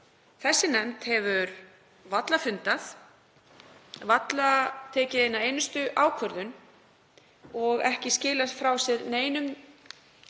Þessi nefnd hefur varla fundað, varla tekið eina einustu ákvörðun og ekki skilað frá sér neinum